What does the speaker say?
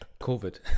COVID